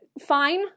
fine